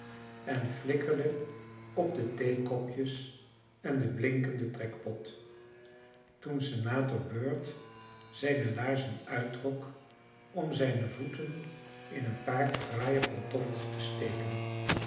en flikkerde op de theekopjes en den blinkenden trekpot toen senator bird zijne laarzen uittrok om zijne voeten in een paar fraaie pantoffels te steken